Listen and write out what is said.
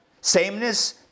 sameness